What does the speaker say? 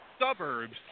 suburbs